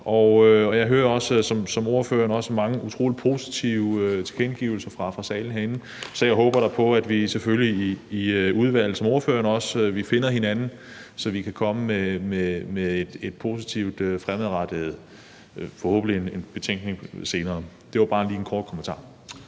Jeg hører også som ordføreren mange utrolig positive tilkendegivelser fra salen her, så jeg håber da på, at vi selvfølgelig i udvalget finder hinanden, så vi kan komme med noget positivt og fremadrettet, nemlig forhåbentlig en betænkning senere. Det var bare lige en kort kommentar.